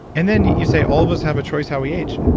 and then you say, all of us have a choice how we age.